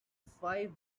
five